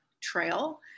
trail